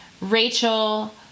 Rachel